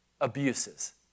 abuses